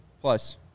plus